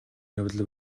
явдал